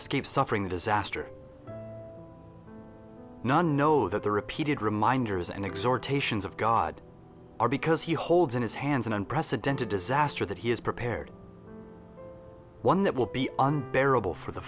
escape suffering the disaster none know that the repeated reminders and exhortations of god are because he holds in his hands an unprecedented disaster that he has prepared one that will be unbearable for the